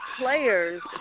Players